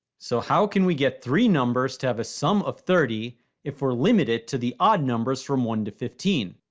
so, how can we get three numbers to have a sum of thirty if we're limited to the odd numbers from one to fifteen?